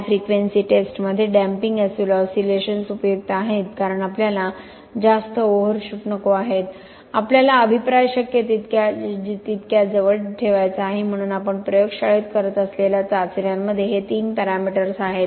हाय frequency टेस्टमध्ये damping oscillations उपयुक्त आहेत कारण आपल्याला जास्त ओव्हरशूट नको आहेत आपल्याला अभिप्राय शक्य तितक्या जवळ ठेवायचा आहे म्हणून आपण प्रयोगशाळेत करत असलेल्या चाचण्यांमध्ये हे तीन पॅरामीटर्स आहेत